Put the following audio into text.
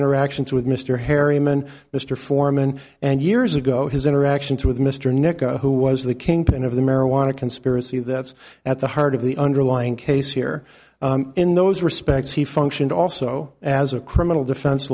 interactions with mr hairy men mr foreman and years ago his interactions with mr nick who was the kingpin of the marijuana conspiracy that's at the heart of the underlying case here in those respects he functioned also as a criminal defen